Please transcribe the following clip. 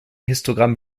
histogramm